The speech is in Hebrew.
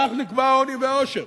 כך נקבע העוני והעושר.